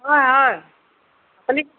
হয় হয় আপুনি